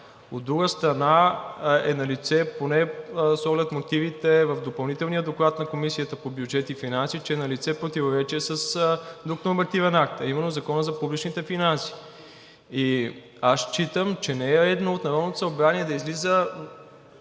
От друга страна, е налице, поне с оглед мотивите в Допълнителния доклад на Комисията по бюджет и финанси, че е налице противоречие с друг нормативен акт, а именно Закона за публичните финанси. И аз считам, че не е редно от Народното събрание да излиза